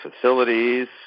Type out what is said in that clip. facilities